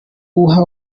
uha